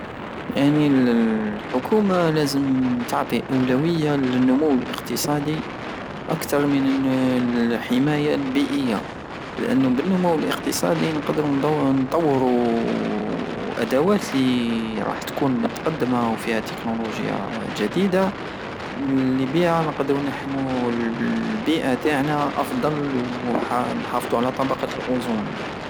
يعني الحكومة لازم تعطي اولوية لنمو الاقتصادي اكتر من الن- الحماية البيئية لانو بالنمو الاقتصادي نقدرو نطور الادوات الي رح تكون مقدمة وفيها تكنولوجيا جديدة الي بيها نقدرو نحمو البيئة تاعنا افضل حانحافضو على طبقة الأوزون